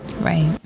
Right